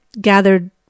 gathered